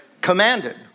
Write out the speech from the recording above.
Commanded